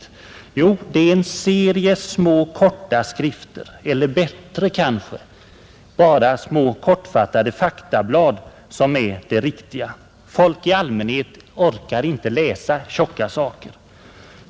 Jo, därför att det är en serie korta skrifter eller — kanske ännu bättre — små kortfattade faktablad som kan nå fram. Folk i allmänhet orkar inte läsa tjocka saker.